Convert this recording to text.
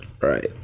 right